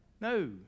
No